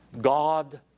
God